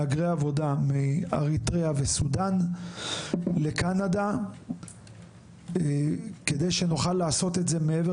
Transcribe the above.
מהגרי עבודה מאריתריאה וסודן לקנדה כדי שנוכל לעשות את זה מעבר